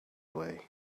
way